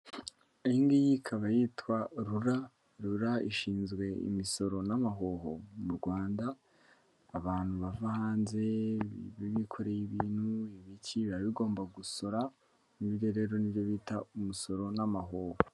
Iyi ngiyi ikaba yitwa rura, rura ishinzwe imisoro n'amahoro mu Rwanda, abantu bava hanze bikoreye ibintu ibiki, biba bigomba gusora. Ibi ngibi rero ni nibyo bita umusoro n'amahoro.